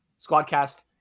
Squadcast